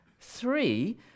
three